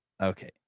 Okay